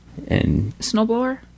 Snowblower